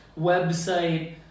website